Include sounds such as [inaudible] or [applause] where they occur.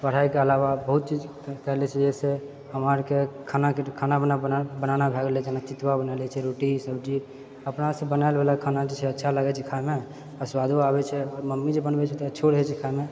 पढ़ाइके अलावा बहुतचीज कए लए छिऐ जैसे हमरा आर के खाना खाना बनाना भए गेले जेनाकि [unintelligible] बना लए छिऐ रोटी सब्जी अपनासँ बनाएल बला खाना जाइत छे अच्छा लागैछै खाएमे आ स्वादो आबैछै मम्मी जे बनबैछै तऽ अच्छो रहैछेै खाएमे